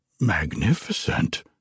magnificent